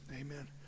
amen